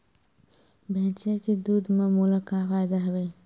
भैंसिया के दूध म मोला का फ़ायदा हवय?